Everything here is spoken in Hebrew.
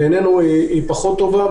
בעינינו היא פחות טובה,